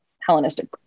Hellenistic